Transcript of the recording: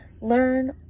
Learn